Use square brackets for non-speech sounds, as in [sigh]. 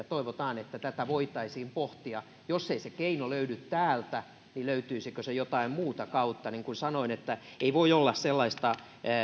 [unintelligible] toivotaan että tätä voitaisiin pohtia jos ei se keino löydy täältä löytyisikö se jotain muuta kautta niin kuin sanoin ei voi olla sellaista